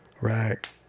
right